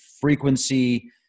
frequency